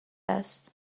است